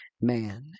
man